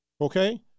okay